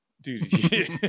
Dude